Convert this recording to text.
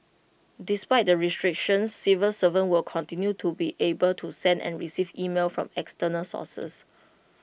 despite the restrictions civil servants will continue to be able to send and receive emails from external sources